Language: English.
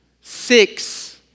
six